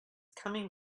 coming